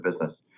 Business